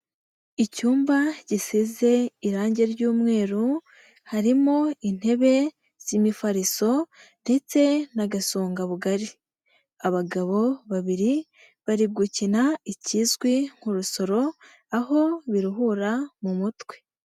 Icyumba gisize irangi ry'umweru, harimo intebe z'imifariso, ndetse na gasonga bugari. Abagabo babiri bari gukina ikizwi nk'urusoro aho biruhura mu mutwe.